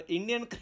Indian